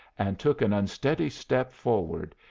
and took an unsteady step forward,